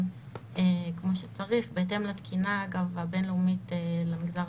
כמו שצריך בהתאם לתקינה הבין-לאומית למגזר